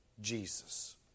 Jesus